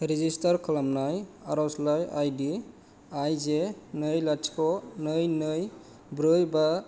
register खालामनाय आरजलाइ आइ डि आइ जे नै लाथिख' नै नै ब्रै बा